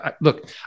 Look